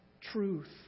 Truth